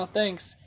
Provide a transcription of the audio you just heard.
thanks